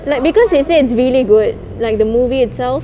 like because they say it's really good like the movie itself